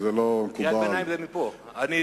קריאת ביניים זה מפה.